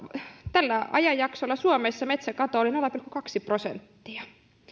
tällä ajanjaksolla suomessa metsäkato oli nolla pilkku kaksi prosenttia